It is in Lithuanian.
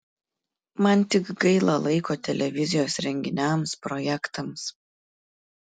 man tik gaila laiko televizijos renginiams projektams